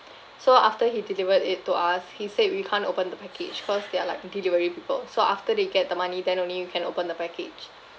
so after he delivered it to us he said we can't open the package cause they are like delivery people so after they get the money then only you can open the package